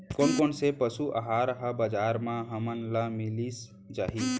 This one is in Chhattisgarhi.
कोन कोन से पसु आहार ह बजार म हमन ल मिलिस जाही?